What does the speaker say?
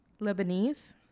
Lebanese